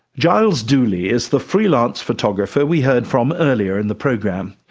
giles duley is the freelance photographer we heard from earlier in the program.